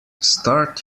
start